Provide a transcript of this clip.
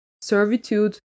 servitude